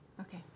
Okay